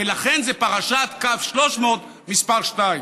ולכן זו פרשת קו 300 מספר שתיים.